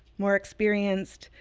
more experienced,